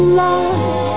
love